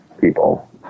people